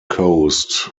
coast